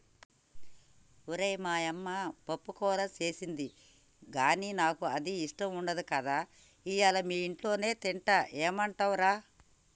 ఓరై మా యమ్మ పప్పుకూర సేసింది గానీ నాకు అది ఇష్టం ఉండదు కదా ఇయ్యల మీ ఇంట్లోనే తింటా ఏమంటవ్ రా